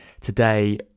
Today